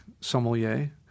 sommelier